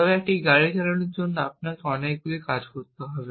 তবে একটি গাড়ি চালানোর জন্য আপনাকে অনেকগুলি কাজ করতে হবে